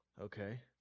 Okay